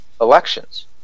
elections